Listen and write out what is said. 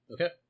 okay